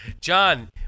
John